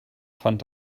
fand